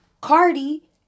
Cardi